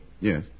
Yes